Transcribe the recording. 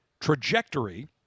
trajectory